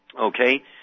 Okay